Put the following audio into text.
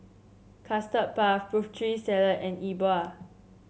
Custard Puff Putri Salad and E Bua